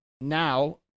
now